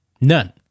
None